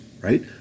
right